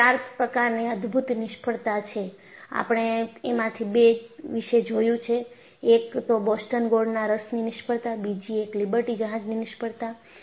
એમાં ચાર પ્રકારની અદભુત નિષ્ફળતા છે આપણે એમાંથી બે વિશે જોયું છે એક તો બોસ્ટન ગોળના રસની નિષ્ફળતા બીજી એક લિબર્ટી જહાજની નિષ્ફળતા